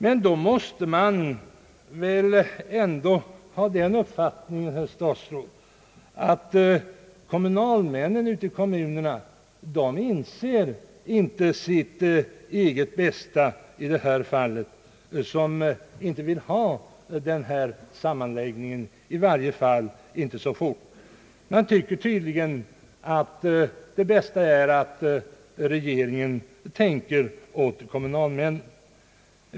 Men då måste man väl ändå ha den uppfattningen, herr statsråd, att kommunalmännen inte inser sitt eget bästa i de fall då de inte vill ha någon sammanläggning, i varje fall inte så snart. Man tycker tydligen att det bästa är att regeringen tänker åt kommunalmännen.